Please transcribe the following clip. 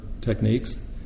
techniques